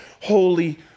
holy